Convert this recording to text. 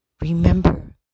Remember